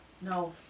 No